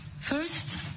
First